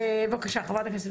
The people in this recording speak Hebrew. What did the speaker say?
בקשה, חברת הכנסת וולדיגר.